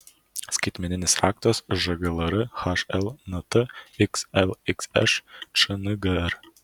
skaitmeninis raktas žglr hlnt xlxš čngr